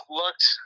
looked